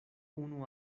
unu